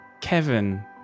Kevin